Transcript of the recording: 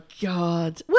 God